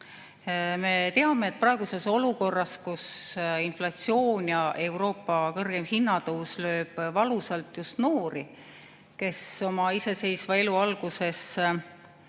Me teame, et praeguses olukorras löövad inflatsioon ja Euroopa kõrgeim hinnatõus valusalt just noori, kellel oma iseseisva elu alguses